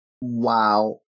Wow